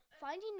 Finding